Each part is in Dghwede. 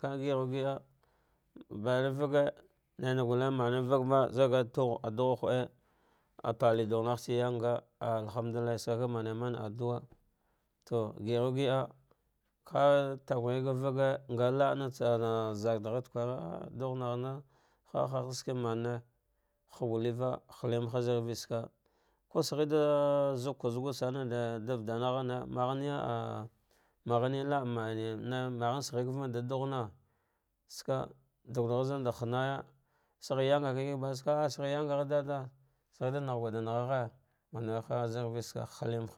Ka a qiru gida banyan vagre, nainayu le man vagva tuh ah dughu hude pale dugh nagh ci yanga ah alhamdulillah kamare adu'ah to qimqiah ka tru gri ga va ge laantsa zadre ta kwara ah dughna na ha ha hashuke mane hagute va hu tem haz rivel ko shi ghe da zaka za gu sani na fada navna maghve lo'ame, maghe shighe ka varda saka dughuna saka dughruwa za hanai saghe yanka kikeba saka ah saghe yangaghe dada, saghe da na gudarnagheda dada az rive tsaley hinne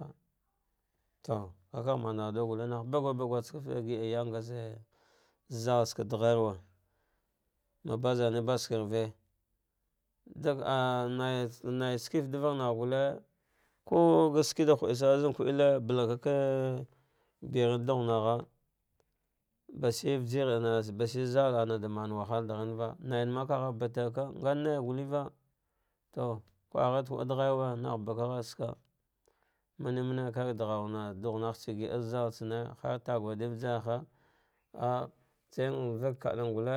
ha kakagh man adu'a galle nah bagurba gaskefte gida yanga ka la'ah zah zatsaka dagherwa maba azanar baz ka rive dfa ah nai shike fate davagh nagh gulle, ko gashiki da hudi sanah ka'el ka ka berin dugnagha bashir ujirna bai zal anada manwahal dagan ua naina makagh baterka, nga nai juteva to kwa ah ghar da kwa dagharuwa saka mane mane ka ch ghanatse gild zahzal tsare ah ta herdi falarha, tsan vga kand gule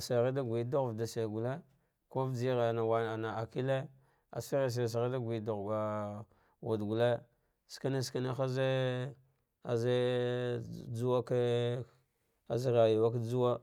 shirgh da gudugh fade shi gayte ujirm war akefe ashir sheghe da gwadughga wude gule shka shkie aze juwake az rayuwa ka juwa